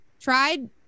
tried